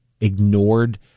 ignored